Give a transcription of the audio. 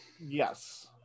yes